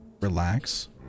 relax